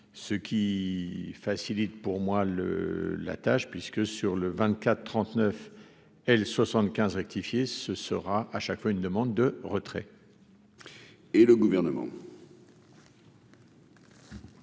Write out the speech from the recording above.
ce qui facilite pour moi le la tâche puisque sur le 24 39 elles 75 rectifié, ce sera à chaque fois, une demande de retrait. Et le gouvernement.